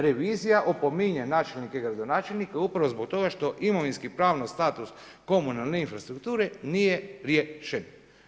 Revizija opominje načelnike i gradonačelnike upravo zbog toga što imovinski pravno status komunalne infrastrukture nije riješen.